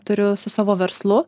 turiu su savo verslu